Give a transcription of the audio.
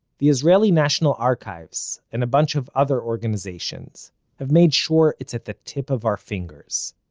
the israeli national archives and a bunch of other organizations have made sure it's at the tip of our fingers.